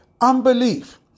unbelief